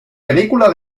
película